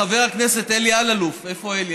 חבר הכנסת אלי אלאלוף, איפה אלי?